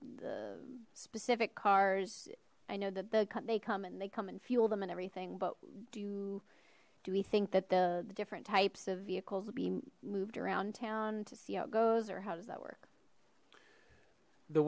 specific cars i know that they come and they come and fuel them and everything but do do we think that the different types of vehicles will be moved around town to see how it goes or how does that work the